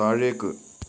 താഴേക്ക്